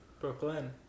Brooklyn